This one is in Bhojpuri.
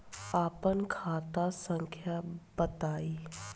आपन खाता संख्या बताद